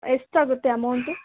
ಎಷ್ಟಾಗುತ್ತೆ ಅಮೌಂಟ್